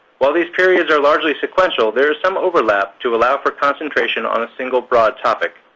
while these periods are largely sequential, there is some overlap to allow for concentration on a single broad topic.